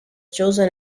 chosen